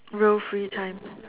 real free time